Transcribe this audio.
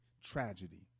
tragedy